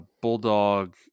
Bulldog